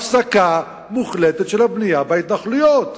הפסקה מוחלטת של הבנייה בהתנחלויות.